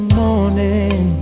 morning